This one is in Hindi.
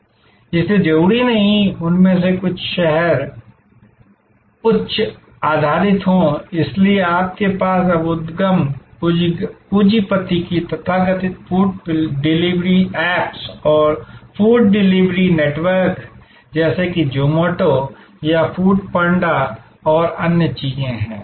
इसलिए जरूरी नहीं कि उनमें से कुछ उच्च शहर आधारित हों इसलिए आपके पास अब उद्यम पूंजीपति की तथाकथित फूड डिलीवरी एप्स और फूड डिलीवरी नेटवर्क जैसे कि Zomato या फूड पांडा और अन्य चीजें हैं